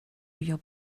your